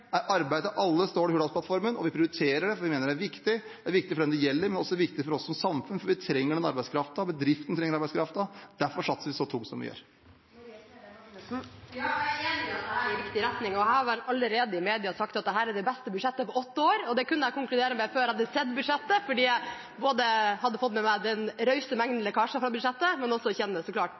arbeid til alle, står det i Hurdalsplattformen, og vi prioriterer det fordi vi mener det er viktig. Det er viktig for den det gjelder, men det er også viktig for oss som samfunn, for vi trenger den arbeidskraften, bedriftene trenger arbeidskraften. Derfor satser vi så tungt som vi gjør. Jeg er enig i at dette er riktig retning, og jeg har vel allerede i media sagt at dette er det beste budsjettet på åtte år. Det kunne jeg konkludere med før jeg hadde sett budsjettet fordi jeg både hadde fått med meg den rause mengden med lekkasjer fra budsjettet og så klart også kjenner regjeringens politikk. Det